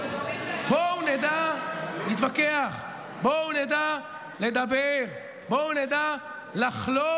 בואו נדע להתווכח, בואו נדע לדבר, בואו נדע לחלוק.